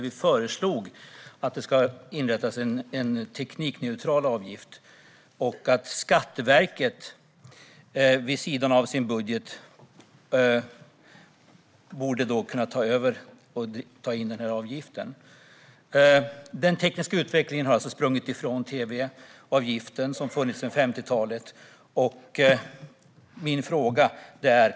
Vi föreslog att en teknikneutral avgift ska inrättas och att Skatteverket borde kunna ta in denna avgift vid sidan av sin budget. Den tekniska utvecklingen har alltså sprungit ifrån tv-avgiften, som funnits sedan 50-talet.